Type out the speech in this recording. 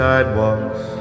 Sidewalks